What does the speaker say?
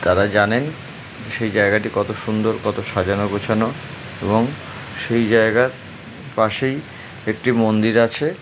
তারা জানেন সেই জায়গাটি কতো সুন্দর কত সাজানো গোছানো এবং সেই জায়গার পাশেই একটি মন্দির আছে